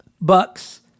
Bucks